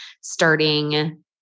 starting